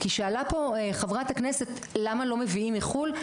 כי שאלה פה חברת הכנסת למה לא מביאים מחו"ל.